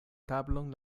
tablon